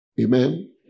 Amen